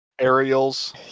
Aerials